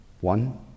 One